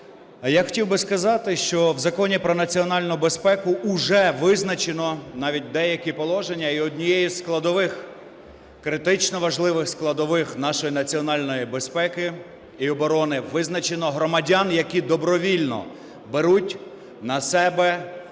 Я хотів би сказати, що в Законі про національну безпеку вже визначено навіть деякі положення, і однією із складових, критично важливих складових нашої національної безпеки і оборони визначено громадян, які добровільно беруть на себе таку